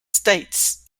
states